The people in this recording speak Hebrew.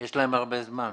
יש להם הרבה זמן.